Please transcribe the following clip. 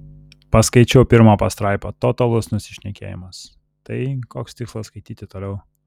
paskaičiau pirmą pastraipą totalus nusišnekėjimas tai koks tikslas skaityti toliau